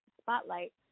spotlight